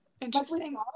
Interesting